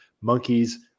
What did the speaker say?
monkeys